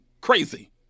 crazy